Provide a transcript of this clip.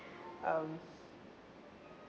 um